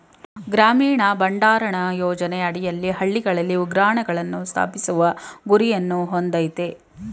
ಗ್ರಾಮೀಣ ಭಂಡಾರಣ ಯೋಜನೆ ಅಡಿಯಲ್ಲಿ ಹಳ್ಳಿಗಳಲ್ಲಿ ಉಗ್ರಾಣಗಳನ್ನು ಸ್ಥಾಪಿಸುವ ಗುರಿಯನ್ನು ಹೊಂದಯ್ತೆ